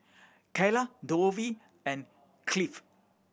Kylah Dovie and Cliffie